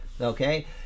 Okay